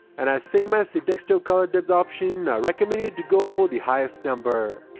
and as same as the desktop color depth option, i recommend you to go for the highest number.